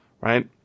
right